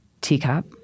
teacup